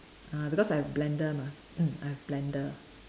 ah because I have blender mah mm I have blender